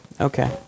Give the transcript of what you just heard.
Okay